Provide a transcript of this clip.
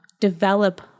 develop